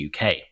UK